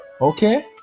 Okay